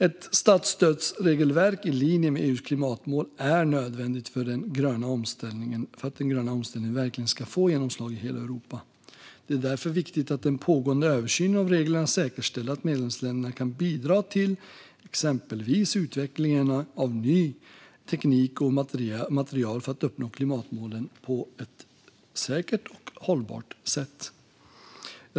Ett statsstödsregelverk i linje med EU:s klimatmål är nödvändigt för att den gröna omställningen verkligen ska få genomslag i hela Europa. Det är därför viktigt att den pågående översynen av reglerna säkerställer att medlemsstaterna kan bidra till exempelvis utvecklingen av ny teknik och nytt material för att uppnå klimatmålen på ett säkert och hållbart sätt.